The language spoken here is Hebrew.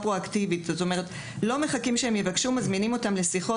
אנחנו לא מחכים שהם יבקשו מאיתנו אלא מזמינים אותם לשיחה,